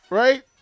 right